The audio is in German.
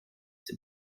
dem